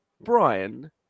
brian